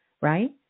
right